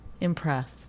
impressed